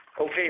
Okay